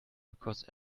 because